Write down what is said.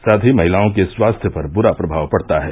साथ ही महिलाओं के स्वास्थ्य पर बुरा प्रभाव पड़ता है